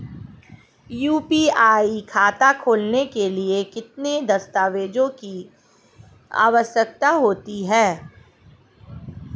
UPI खाता खोलने के लिए किन दस्तावेज़ों की आवश्यकता होती है?